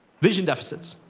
vision deficits.